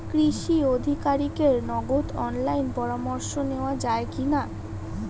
কৃষি আধিকারিকের নগদ অনলাইন পরামর্শ নেওয়া যায় কি না?